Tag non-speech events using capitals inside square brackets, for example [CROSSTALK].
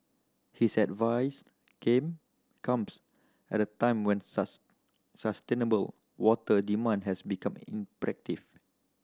his advice came comes at a time when [UNINTELLIGIBLE] sustainable water demand has become imperative